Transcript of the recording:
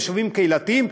יישובים קהילתיים,